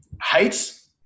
heights